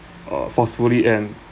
uh forcefully and